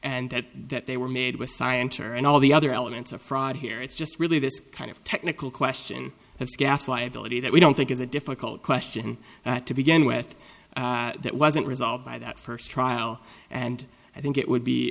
and that they were made with scienter and all the other elements of fraud here it's just really this kind of technical question of scats liability that we don't think is a difficult question to begin with that wasn't resolved by that first trial and i think it would be